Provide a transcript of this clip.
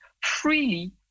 freely